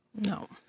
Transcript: No